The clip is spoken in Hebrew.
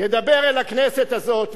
ידבר אל הכנסת הזאת,